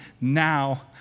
Now